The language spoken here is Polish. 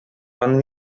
pan